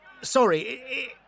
sorry